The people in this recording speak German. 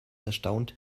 erstaunt